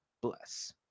bless